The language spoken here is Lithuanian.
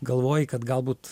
galvoji kad galbūt